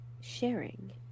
sharing